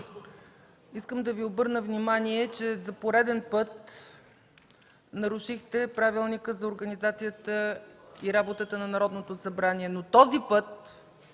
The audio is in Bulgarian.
искам да Ви обърна внимание, че за пореден път нарушихте Правилника за организацията и дейността на Народното събрание, но този път